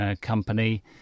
company